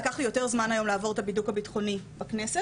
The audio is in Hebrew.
לקח לי יותר זמן היום לעבור את הבידוק הבטחוני בכנסת,